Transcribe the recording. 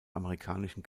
amerikanischen